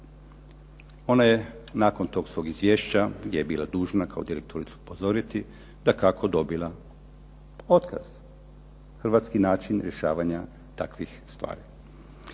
Ona je nakon toga svoga izvješća, gdje je bila dužna kao direktoricu upozoriti, dakako dobila otkaz. Hrvatski način rješavanja takvih stvari.